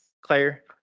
Claire